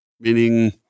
Meaning